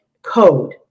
code